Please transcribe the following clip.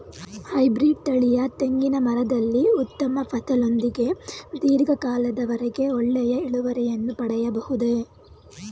Hybrid ತಳಿಯ ತೆಂಗಿನ ಮರದಲ್ಲಿ ಉತ್ತಮ ಫಲದೊಂದಿಗೆ ಧೀರ್ಘ ಕಾಲದ ವರೆಗೆ ಒಳ್ಳೆಯ ಇಳುವರಿಯನ್ನು ಪಡೆಯಬಹುದೇ?